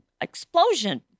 explosion